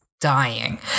dying